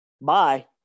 bye